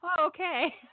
okay